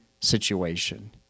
situation